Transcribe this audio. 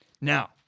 Now